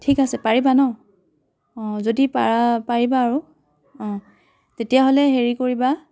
ঠিক আছে পাৰিবা ন অঁ যদি পাৰা পাৰিবা আৰু অঁ তেতিয়াহ'লে হেৰি কৰিবা